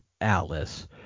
Alice